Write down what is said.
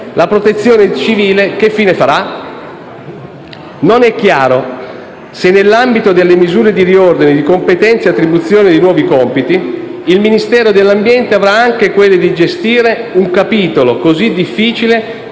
la Protezione civile? Non è chiaro se nell'ambito delle misure di riordino di competenze e attribuzioni di nuovi compiti, il Ministero dell'ambiente avrà anche quello di gestire un capitolo così difficile